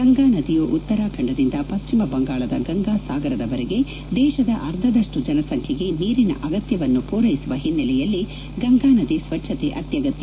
ಗಂಗಾ ನದಿಯು ಉತ್ತರಾಖಂಡದಿಂದ ಪಶ್ಚಿಮ ಬಂಗಾಳದ ಗಂಗಾ ಸಾಗರದವರೆಗೆ ದೇಶದ ಅರ್ಧದಷ್ಟು ಜನಸಂಖ್ಯೆಗೆ ನೀರಿನ ಅಗತ್ಯವನ್ನು ಪೂರೈಸುವ ಹಿನ್ನೆಲೆಯಲ್ಲಿ ಗಂಗಾ ನದಿ ಸ್ವಜ್ಣತೆ ಅತ್ಯಗತ್ತ